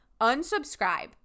unsubscribe